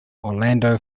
orlando